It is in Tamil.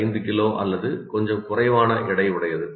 5 கிலோ அல்லது கொஞ்சம் குறைவான எடை உடையது